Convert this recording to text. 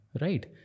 Right